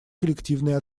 коллективной